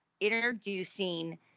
introducing